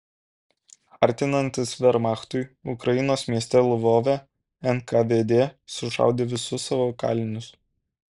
artinantis vermachtui ukrainos mieste lvove nkvd sušaudė visus savo kalinius